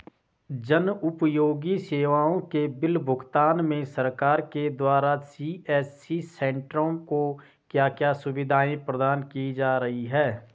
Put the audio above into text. जन उपयोगी सेवाओं के बिल भुगतान में सरकार के द्वारा सी.एस.सी सेंट्रो को क्या क्या सुविधाएं प्रदान की जा रही हैं?